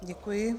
Děkuji.